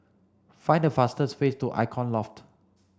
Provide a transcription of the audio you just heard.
find the fastest way to Icon Loft